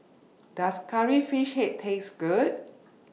Does Curry Fish Head Taste Good